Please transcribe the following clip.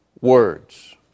words